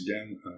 again